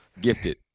Gifted